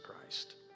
Christ